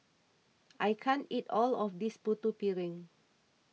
I can't eat all of this Putu Piring